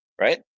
right